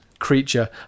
creature